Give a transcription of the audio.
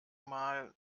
mal